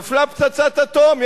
נפלה פצצת אטום,